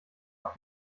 auf